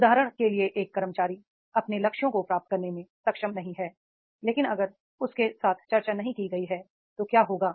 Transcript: उदाहरण के लिए एक कर्मचारी अपने लक्ष्यों को प्राप्त करने में सक्षम नहीं है लेकिन अगर उसके साथ चर्चा नहीं की गई है तो क्या होगा